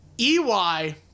EY